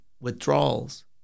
withdrawals